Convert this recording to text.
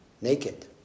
naked